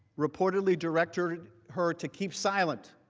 reportedly directed her to keep silent,